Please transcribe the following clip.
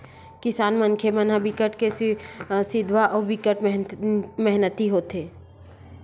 किसान मनखे मन ह बिकट के सिधवा अउ बिकट मेहनती होथे